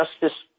Justice